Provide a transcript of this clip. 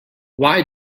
why